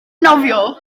nofio